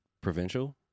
Provincial